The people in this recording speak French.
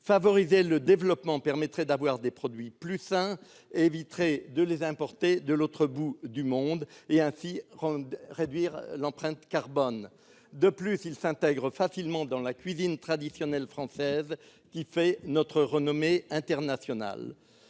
Favoriser leur développement permettrait d'avoir des produits plus sains et éviterait de les importer de l'autre bout du monde, ce qui réduirait l'empreinte carbone. De plus, ils s'intègrent facilement dans la cuisine traditionnelle française qui fait notre renommée internationale.